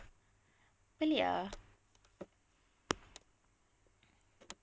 pelik ah